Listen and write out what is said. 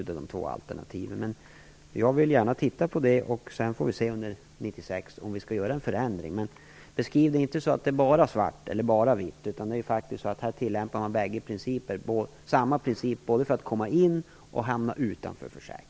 Jag tittar gärna på det och sedan får vi se under 1996 om vi skall göra en förändring. Beskriv inte detta som bara svart eller bara vitt! Här tillämpas faktiskt samma princip både för att komma in och för att hamna utanför försäkringen.